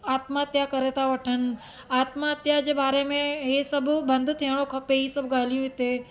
आत्महत्या करे था वठनि आत्महत्या जे बारे में हीअ सभु बंदि थियणो खपे ई सभु ॻाल्हियूं हिते